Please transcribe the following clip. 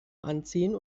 anziehen